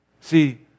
See